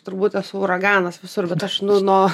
turbūt esu uraganas visur bet aš nu nu